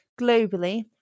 Globally